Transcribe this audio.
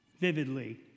vividly